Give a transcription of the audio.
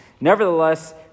nevertheless